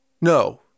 No